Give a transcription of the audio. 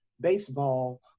baseball